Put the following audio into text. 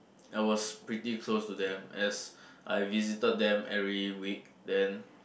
I was pretty close to them as I visited them every week then